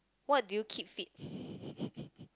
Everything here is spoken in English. what do you keep fit